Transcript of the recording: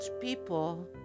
people